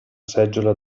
seggiola